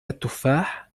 التفاح